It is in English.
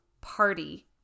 party